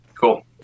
Cool